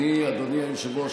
אדוני היושב-ראש,